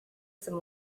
some